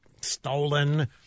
stolen